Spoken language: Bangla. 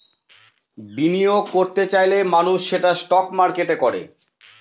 বিনিয়োগ করত চাইলে মানুষ সেটা স্টক মার্কেটে করে